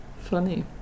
funny